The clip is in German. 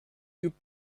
übt